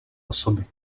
osoby